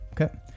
Okay